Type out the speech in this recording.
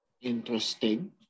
Interesting